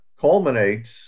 culminates